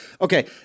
Okay